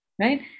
right